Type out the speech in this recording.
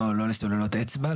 לא לסוללות אצבע.